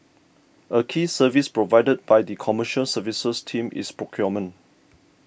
a key service provided by the Commercial Services team is procurement